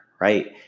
right